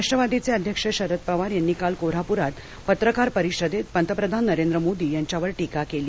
राष्ट्रवादीचे अध्यक्ष शरद पवार यांनी काल कोल्हापुरात पत्रकार परिषदेत पंतप्रधान नरेंद्र मोदी यांच्यावर टीका केली